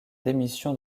démission